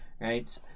right